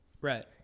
Right